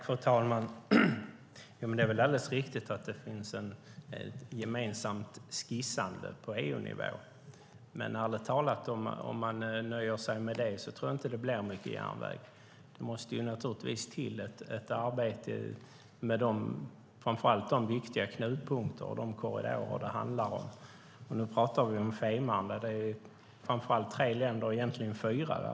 Fru talman! Det är väl alldeles riktigt att det sker ett gemensamt skissande på EU-nivå. Men om man nöjer sig med det blir det inte mycket järnväg. Det måste naturligtvis till ett arbete framför allt med viktiga knutpunkter och korridorer. Nu pratar vi om Fehmarnförbindelsen. Det är framför allt fråga om tre länder - egentligen fyra.